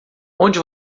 onde